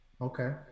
okay